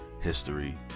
history